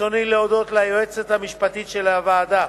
ברצוני להודות ליועצת המשפטית של הוועדה,